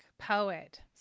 Poet